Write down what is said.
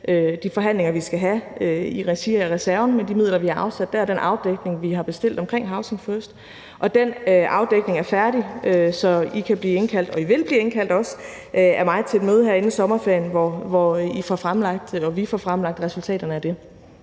de forhandlinger, vi skal have i regi af reserven, om de midler, vi har afsat der, altså den afdækning, vi har bestilt af housing first. Den afdækning er færdig, så I kan blive indkaldt, og i vil også blive indkaldt af mig til et møde her inden sommerferien, hvor vi får fremlagt resultaterne af det.